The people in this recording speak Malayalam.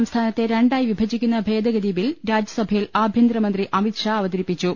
സംസ്ഥാനത്തെ രണ്ടായി വിഭജിക്കുന്ന ഭേദഗതിബിൽ രാജ്യസഭയിൽ ആഭ്യന്തരമന്ത്രി അമിത് ഷാ അവതരിപ്പിച്ചു